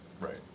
right